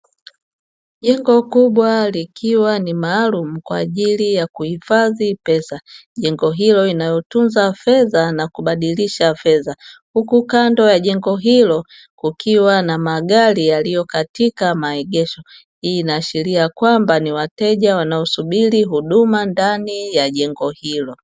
Jengo kubwa likiwa ni maalumu kwajili ya kuhifadhi pesa ,jengo hilo linalotunza fedha na kubadilisha fedha huku kando ya jengo hilo kukiwa na magari yaliyo katika maegesho, hii inaashiria kwamba ni wateja wanaosubiri huduma ndani ya jengo hilo.